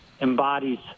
embodies